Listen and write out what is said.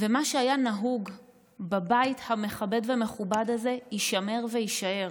ומה שהיה נהוג בבית המכבד והמכובד הזה יישמר ויישאר,